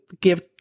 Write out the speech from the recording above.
give